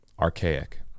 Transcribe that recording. archaic